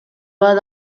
bat